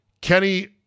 Kenny